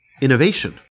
innovation